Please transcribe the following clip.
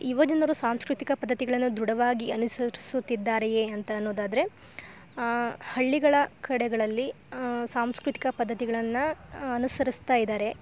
ಯುವ ಜನರು ಸಾಂಸ್ಕ್ರುತಿಕ ಪದ್ದತಿಗಳನ್ನು ದ್ರುಡವಾಗಿ ಅನುಸರಿಸುತ್ತಿದ್ದಾರೆಯೇ ಅಂತ ಅನ್ನುದಾದ್ರೆ ಹಳ್ಳಿಗಳ ಕಡೆಗಳಲ್ಲಿ ಸಾಂಸ್ಕ್ರುತಿಕ ಪದ್ದತಿಗಳನ್ನ ಅನುಸರಿಸ್ತಾಯಿದಾರೆ